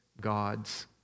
God's